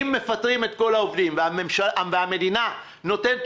אם מפטרים את כל העובדים והמדינה נותנת